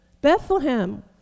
Bethlehem